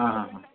ಹಾಂ ಹಾಂ ಹಾಂ